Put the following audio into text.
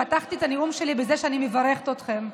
פתחתי את הנאום שלי בזה שאני מברכת אתכם,